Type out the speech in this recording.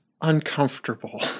uncomfortable